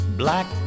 black